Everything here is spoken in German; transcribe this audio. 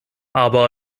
aber